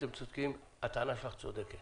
אתם צודקים, הטענה שלך צודקת.